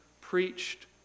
preached